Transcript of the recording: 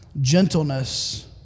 gentleness